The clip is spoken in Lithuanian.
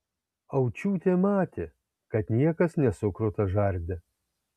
aučiūtė matė kad niekas nesukruta žarde